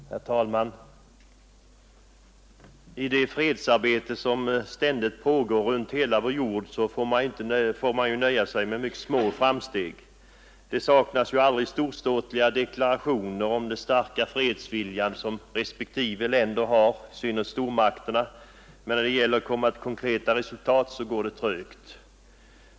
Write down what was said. Herr talman! I det fredsarbete som ständigt pågår runt hela vår jord får man nöja sig med mycket små framsteg. Det saknas ju aldrig storståtliga deklarationer om den starka fredsvilja som respektive länder har, i synnerhet stormakterna, men när det gäller konkreta resultat går det trögt.